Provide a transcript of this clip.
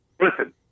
Listen